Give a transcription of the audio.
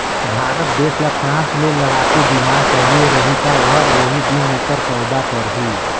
भारत देस ल फ्रांस ले लड़ाकू बिमान चाहिए रही ता ओहर ओही दिन ओकर सउदा करही